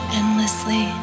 endlessly